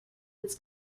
its